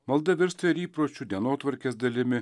malda virsta įpročiu dienotvarkės dalimi